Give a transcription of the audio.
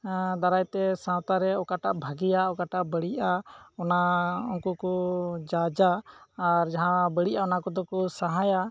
ᱫᱟᱨᱟᱭᱛᱮ ᱥᱟᱶᱛᱟ ᱨᱮ ᱚᱠᱟᱴᱟᱜ ᱵᱷᱟᱜᱮᱭᱟ ᱚᱠᱟᱴᱟᱜ ᱵᱟᱹᱲᱤᱡᱼᱟ ᱚᱱᱟ ᱩᱱᱠᱩ ᱠᱚ ᱡᱟᱡᱽᱼᱟ ᱟᱨ ᱡᱟᱦᱟᱸ ᱵᱟᱹᱲᱤᱡᱼᱟ ᱚᱱᱟ ᱠᱚᱫᱚ ᱠᱚ ᱥᱟᱦᱟᱭᱟ